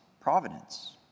providence